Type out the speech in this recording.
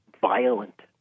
violent